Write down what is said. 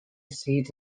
seeds